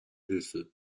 hilfe